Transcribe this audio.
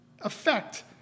effect